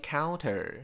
Counter